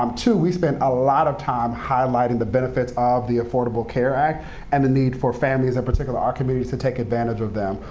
um two, we spent a lot of time highlighting the benefits of the affordable care act and the need for families, in particular, our communities, to take advantage of them,